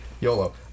YOLO